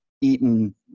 eaten